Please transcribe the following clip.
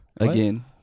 Again